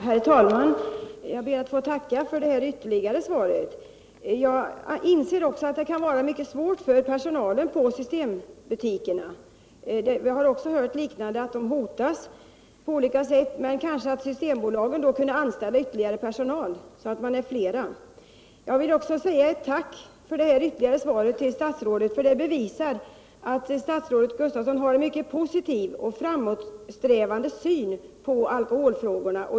Herr talman! Jag ber att få tacka för det senaste inlägget. Jag inser att det kan vara mycket svårt för personalen i systembutikerna. Man har också hört att den hotas på olika sätt. Men då kunde kanske systembolaget anställa mer personal. Jag är också tacksam för socialministerns ytterligare kommentarer, därför att de visar att han har en mycket positiv och progressiv syn på alkoholfrågorna.